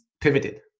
pivoted